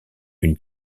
une